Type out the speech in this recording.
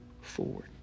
forward